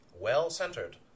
well-centered